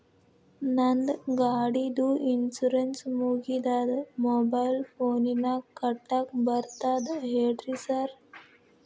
ನಂದ್ ಗಾಡಿದು ಇನ್ಶೂರೆನ್ಸ್ ಮುಗಿದದ ಮೊಬೈಲ್ ಫೋನಿನಾಗ್ ಕಟ್ಟಾಕ್ ಬರ್ತದ ಹೇಳ್ರಿ ಸಾರ್?